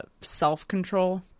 self-control